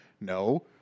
no